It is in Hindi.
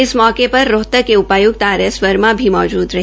इस मौके पर राहतक के उपायुक्त आर एस वर्मा भी मौजूद रहे